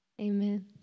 Amen